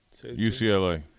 UCLA